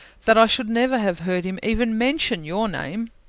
that i should never have heard him even mention your name.